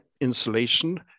insulation